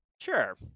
Sure